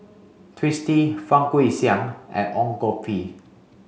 Twisstii Fang Guixiang and Ong Koh Bee